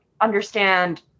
understand